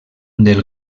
del